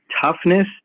toughness